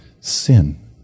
sin